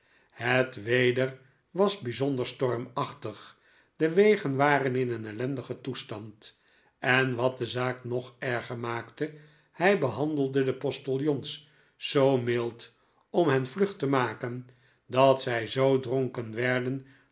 het weder was bijzonder stormachtig de wegen waren in een ellendigen toestand en wat de zaak nog erger maakte hij behandelde de postiljons zoo mild om hen vlug te maken dat zij zoo dronken werden